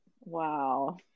Wow